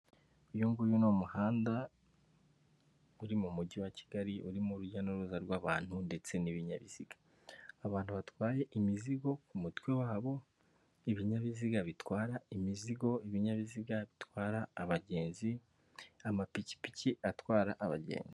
Uyu nguyu ni umuhanda uri mu mujyi wa Kigali urimo urujya n'uruza rw'abantu ndetse n'ibinyabiziga. Abantu batwaye imizigo ku mutwe wabo, ibinyabiziga bitwara imizigo ibinyabiziga bitwara abagenzi amapikipiki atwara abagenzi.